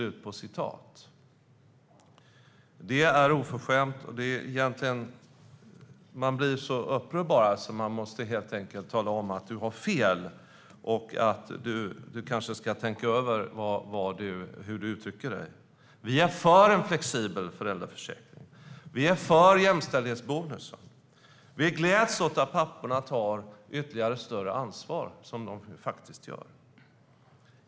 Det är oförskämt! Jag blir upprörd och vill tala om att du helt enkelt har fel. Du kanske måste tänka över hur du uttrycker dig. Vi är för en flexibel föräldraförsäkring. Vi är för jämställdhetsbonus. Vi gläds åt att papporna tar ytterligare, större ansvar, vilket de faktiskt gör.